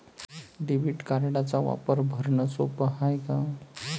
Debit कार्डचा वापर भरनं सोप हाय का?